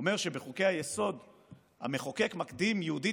שבחוקי-היסוד המחוקק מקדים יהודית